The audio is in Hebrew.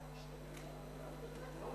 תרד